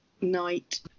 night